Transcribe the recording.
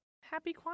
happy